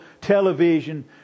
television